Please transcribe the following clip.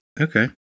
Okay